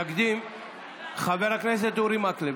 יקדים אותו חבר הכנסת אורי מקלב.